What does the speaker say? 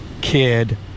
kid